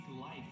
life